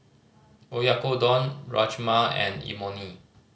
Oyakodon Rajma and Imoni